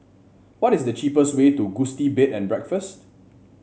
what is the cheapest way to Gusti Bed and Breakfast